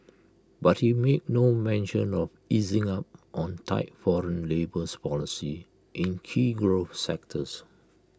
but he made no mention of easing up on tight foreign labours policy in key growth sectors